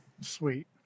Sweet